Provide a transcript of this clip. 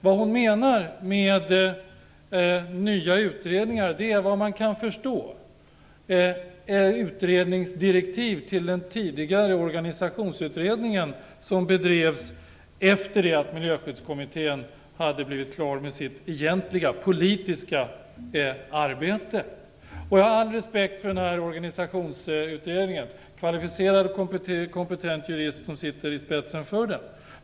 Vad hon menar med nya utredningar är såvitt man kan förstå utredningsdirektiv till den tidigare organisationsutredningen som bedrevs efter att Miljöskyddskommittén blev klar med sitt egentliga politiska arbete. Jag har all respekt för organisationsutredningen. Det är en kvalificerad, kompetent jurist som sitter i spetsen för denna.